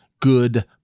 good